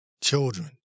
children